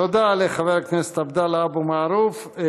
תודה לחבר הכנסת עבדאללה אבו מערוף.